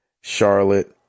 Charlotte